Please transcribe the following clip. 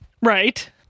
right